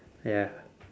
ya